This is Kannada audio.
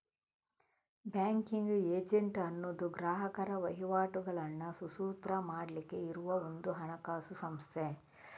ಬ್ಯಾಂಕಿಂಗ್ ಏಜೆಂಟ್ ಅನ್ನುದು ಗ್ರಾಹಕರ ವಹಿವಾಟುಗಳನ್ನ ಸುಸೂತ್ರ ಮಾಡ್ಲಿಕ್ಕೆ ಇರುವ ಒಂದು ಹಣಕಾಸು ಸಂಸ್ಥೆ